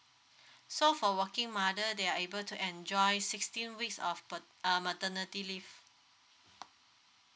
so for working mother they are able to enjoy sixteen weeks of pat~ uh maternity leave